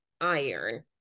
iron